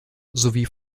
sowie